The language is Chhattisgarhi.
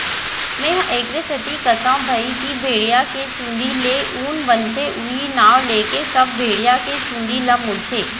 मेंहा एखरे सेती कथौं भई की भेड़िया के चुंदी ले ऊन बनथे उहीं नांव लेके सब भेड़िया के चुंदी ल मुड़थे